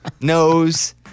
nose